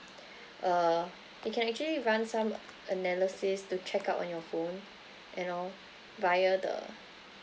uh they can actually run some analysis to check out on your phone you know via the